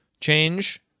change